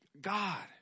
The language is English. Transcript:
God